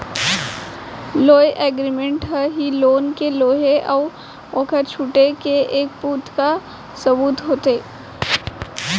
loan agreement ह ही loan के लेहे अउ ओखर छुटे के एक पुखता सबूत होथे